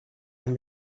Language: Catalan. amb